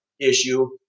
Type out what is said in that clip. issue